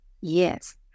Yes